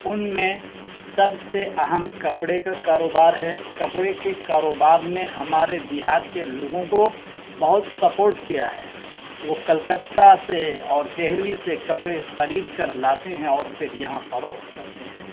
ان میں سب سے اہم کپڑے کا کاروبار ہے کپڑے کے کاروبار نے ہمارے دیہات کے لوگوں کو بہت سپورٹ کیا ہے وہ کلکتہ سے اور دہلی سے کپڑے خرید کر لاتے ہیں اور پھر یہاں فروخت کرتے ہیں